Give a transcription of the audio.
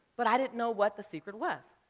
but i didn't know what the secret was.